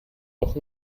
auch